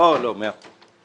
לא, מאה אחוז.